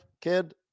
kid